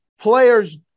players